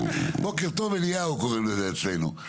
בוקר טוב, אליהו, קוראים לזה אצלנו.